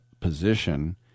position